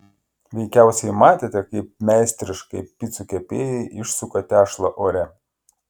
veikiausiai matėte kaip meistriškai picų kepėjai išsuka tešlą ore